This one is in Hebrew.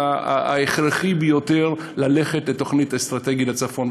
אלא הוא ההכרחי ביותר: ללכת לתוכנית אסטרטגית לצפון.